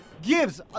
Gives